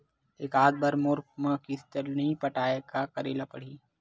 एकात बार मोर किस्त ला नई पटाय का करे ला पड़ही?